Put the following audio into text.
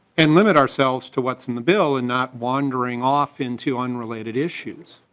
and limit ourselves to what's in the bill and not wandering off into unrelated issues.